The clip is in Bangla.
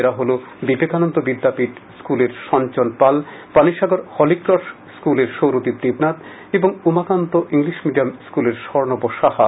এরা হল বিবেকানন্দ বিদ্যাপীঠ এইচ এস স্কুলের সঞ্চন পাল পানিসাগর হলিক্রস স্কুলের সৌরদীপ দেবনাথ ও উমাকান্ত ইংলিশ মিডিয়াম স্কুলে স্বর্ণভ সাহা